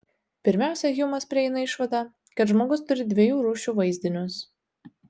pirmiausia hjumas prieina išvadą kad žmogus turi dviejų rūšių vaizdinius